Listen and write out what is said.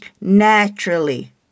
naturally